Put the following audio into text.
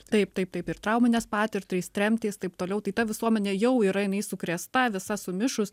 taip taip taip ir trauminės patirtys tremtys taip toliau tai ta visuomenė jau yra jinai sukrėsta visa sumišus